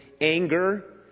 anger